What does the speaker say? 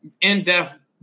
in-depth